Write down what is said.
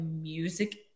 music